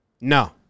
No